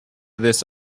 this